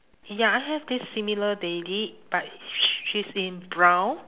ya I have this similar lady but she is in brown